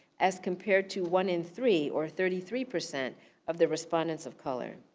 as compared to one in three, or thirty three percent of the respondents of color.